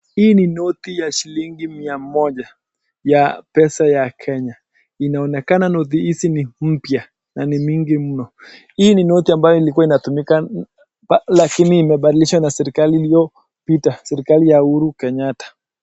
Hii ni noti ya shilingi mia moja ya pesa ya Kenya. Inaonekana noti hizi ni mpya na ni mingi mno. Hii ni noti ambayo ilikuwa inatumika lakini imebadilishwa na serikali iliopita, serikali ya Uhuru Kenyatta.